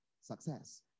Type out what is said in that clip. success